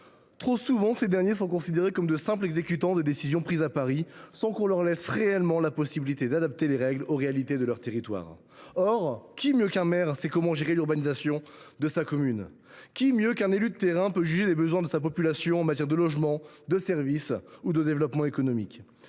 Trop souvent, ces derniers sont considérés comme de simples exécutants de décisions prises à Paris, sans qu’on leur laisse réellement la possibilité d’adapter les règles aux réalités de leur territoire. Or qui mieux qu’un maire sait comment gérer l’urbanisation de sa commune ? Qui mieux qu’un élu de terrain peut juger des besoins de sa population en matière de logement, de services ou de développement économique ?